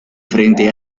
frente